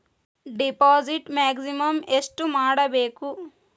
Deposit maximum ಎಷ್ಟು ಮಾಡಬೇಕು?